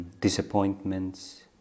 disappointments